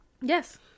Yes